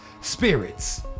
spirits